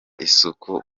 isuku